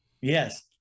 Yes